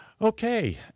Okay